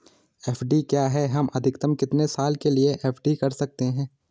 FD क्या है हम अधिकतम कितने साल के लिए एफ.डी कर सकते हैं?